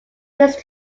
these